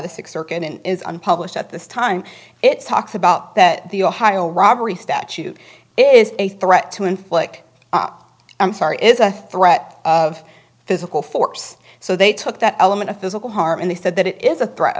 and is unpublished at this time it's talks about that the ohio robbery statute is a threat to inflict i'm sorry is a threat of physical force so they took that element of physical harm and they said that it is a threat